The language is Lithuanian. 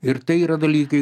ir tai yra dalykai